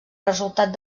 resultat